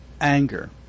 anger